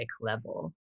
level